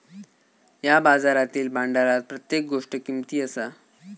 या बाजारातील भांडारात प्रत्येक गोष्ट किमती असा